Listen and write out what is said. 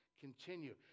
continue